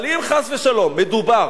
אבל אם, חס ושלום, מדובר